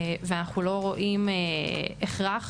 ואנו לא רואים הכרח,